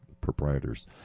proprietors